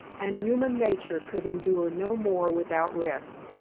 and human nature could endure no more without rest.